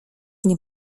nie